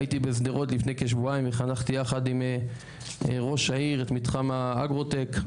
הייתי בשדרות לפני כשבועיים וחנכתי ביחד עם ראש העיר את מתחם האגרוטק,